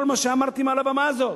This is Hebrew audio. על מה שאמרתי מעל הבמה הזאת.